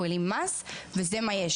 הוא העלים מס וזה מה שיש.